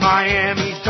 Miami